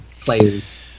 players